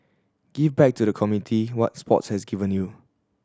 give back to the community what sports has given you